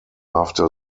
after